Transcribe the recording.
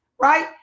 right